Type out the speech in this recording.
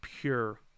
pure